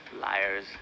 Liars